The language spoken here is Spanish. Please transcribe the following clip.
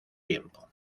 tiempo